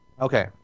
Okay